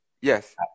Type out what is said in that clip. Yes